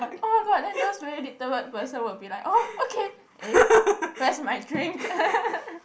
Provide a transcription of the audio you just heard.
oh my god then those very determined person would be like oh okay eh where's my drink